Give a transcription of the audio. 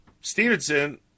Stevenson